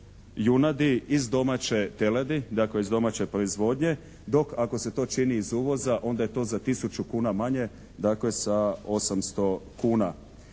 junadi iz domaće teladi, dakle iz domaće proizvodnje dok ako se to čini iz uvoza onda je to za tisuću kuna manje, dakle sa 800 kuna.